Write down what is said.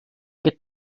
get